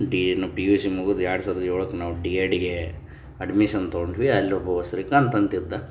D ಇನ್ನು P U C ಮುಗಿದ್ ಎರಡು ಸಾವಿರದ ಏಳಕ್ಕೆ ನಾವು ಡಿ ಎಡ್ಡಿಗೆ ಅಡ್ಮಿಸನ್ ತೊಗೊಂಡ್ವಿ ಅಲ್ಲೊಬ್ಬ ಶ್ರೀಕಾಂತ್ ಅಂತಿದ್ದ